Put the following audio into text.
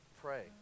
pray